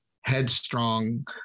headstrong